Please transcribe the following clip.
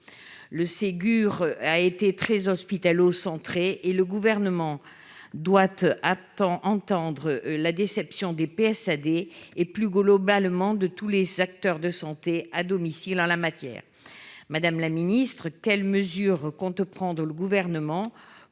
le Ségur a été très hospitalo-centrée et le gouvernement doit attend entendre la déception des PSA des et plus globalement de tous les acteurs de santé à domicile en la matière, madame la ministre, quelles mesures compte prendre le gouvernement